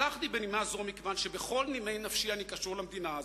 פתחתי בנימה זו מכיוון שבכל נימי נפשי אני קשור למדינה הזאת,